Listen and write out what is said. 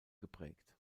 geprägt